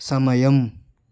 సమయం